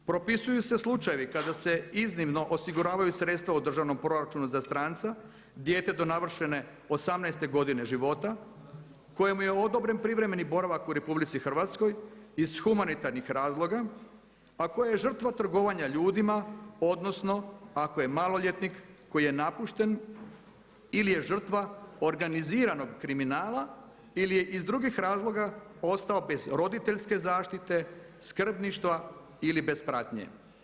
Propisuju se slučajevi kada se iznimno osiguravaju sredstva u državnom proračunu za stranca, dijete do navršene 18 godine života, kojemu je odobren privremeni boravak u RH, iz humanitarnih razloga a koje je žrtva trgovanja ljudima odnosno ako je maloljetnik koji je napušten ili je žrtva organiziranog kriminala, ili je iz drugih razloga ostao bez roditeljske zaštite, skrbništva ili bez pratnje.